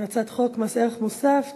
הצעת חוק מס ערך מוסף (תיקון,